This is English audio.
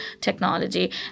technology